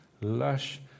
lush